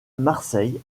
marseille